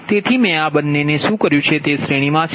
તેથી મેં આ બંને શું કર્યું તે શ્રેણીમાં છે